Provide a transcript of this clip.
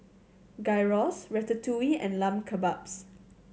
Gyros Ratatouille and Lamb Kebabs